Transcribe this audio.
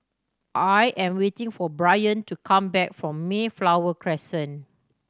I am waiting for Bryant to come back from Mayflower Crescent